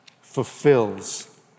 fulfills